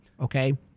okay